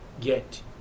get